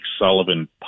Sullivan